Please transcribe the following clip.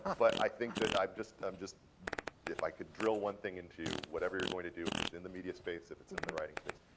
um but i think that i've just i'm just if i can drill one thing into you, whatever you're going to do, if it's in the media space, if it's in the writing space,